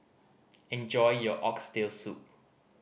enjoy your Oxtail Soup